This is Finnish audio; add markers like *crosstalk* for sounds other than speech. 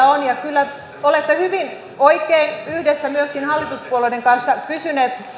*unintelligible* on ja kyllä olette hyvin oikein yhdessä myöskin hallituspuolueiden kanssa kysyneet